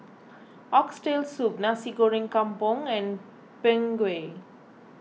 Oxtail Soup Nasi Goreng Kampung and Png Kueh